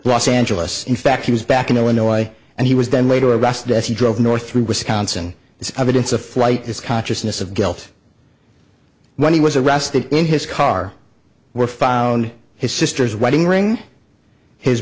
los angeles in fact he was back in illinois and he was then later arrested as he drove north through wisconsin is evidence of flight is consciousness of guilt when he was arrested in his car were found his sister's wedding ring his